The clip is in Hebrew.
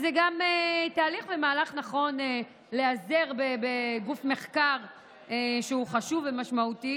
זה גם מהלך נכון להיעזר בגוף מחקר שהוא חשוב ומשמעותי